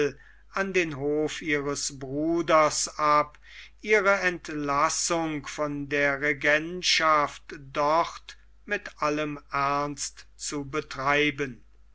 an den hof ihres bruders ab ihre entlassung von der regentschaft dort mit allem ernst zu betreiben